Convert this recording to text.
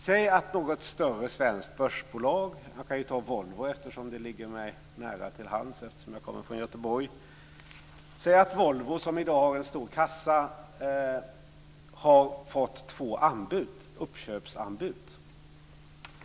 Säg att något större svenskt börsbolag - jag kan ta Volvo som ligger nära till hands eftersom jag kommer från Göteborg - som i dag har en stor kassa har fått två uppköpsanbud.